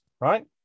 right